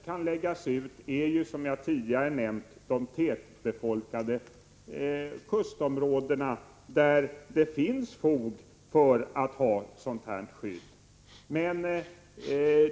Som jag tidigare nämnt kan detta gälla de tätbefolkade kustområdena, där det finns fog för att ha ett sådant här skydd.